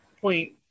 point